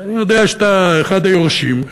אני יודע שאתה אחד היורשים,